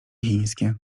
chińskie